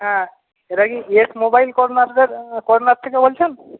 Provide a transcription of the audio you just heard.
হ্যাঁ এটা কি ইয়েস মোবাইল কর্নারের কর্নার থেকে বলছেন